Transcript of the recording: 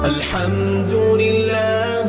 Alhamdulillah